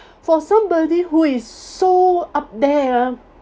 for somebody who is so up there ah